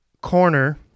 corner